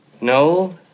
No